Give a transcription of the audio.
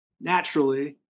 naturally